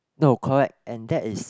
no correct and that is